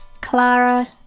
clara